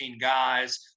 guys